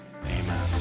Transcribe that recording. amen